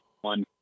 one